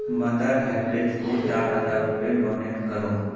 mother HelpAge کو چار ہزار روپے ڈونیٹ کرو